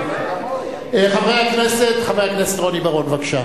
חבר הכנסת רוני בר-און, בבקשה.